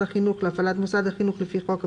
החינוך להפעלת מוסד החינוך לפי חוק הפיקוח,